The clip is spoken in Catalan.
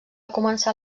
començar